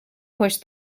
push